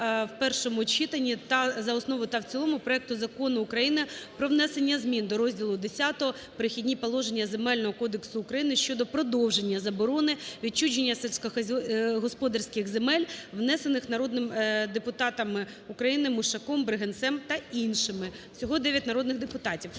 в першому читанні за основу та в цілому проекту Закону України про внесення змін до розділу Х "Перехідні положення" Земельного кодексу України щодо продовження заборони відчуження сільськогосподарських земель, внесених народними депутатами України Мушаком, Бригинцем та іншими – всього 9 народних депутатів.